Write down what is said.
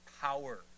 power